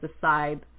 decide